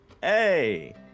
Hey